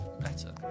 better